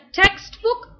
textbook